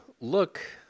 look